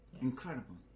Incredible